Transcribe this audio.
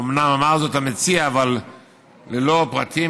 אומנם אמר זאת המציע אבל ללא פרטים,